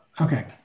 okay